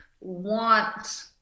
want